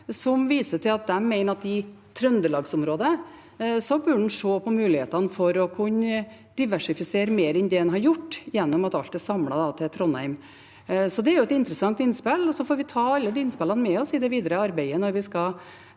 De viser til at de mener at en i Trøndelags-området burde se på mulighetene for å kunne diversifisere mer enn det en har gjort, gjennom at alt er samlet til Trondheim. Det er et interessant innspill, og så får vi ta alle de innspillene med oss i det videre arbeidet når vi skal